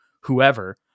whoever